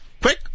Quick